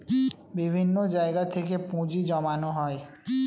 বিভিন্ন জায়গা থেকে পুঁজি জমানো হয়